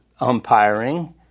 umpiring